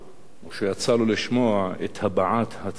שיצא לו לשמוע, את הבעת הצער